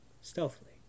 stealthily